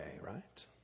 right